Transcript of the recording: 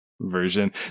version